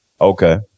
Okay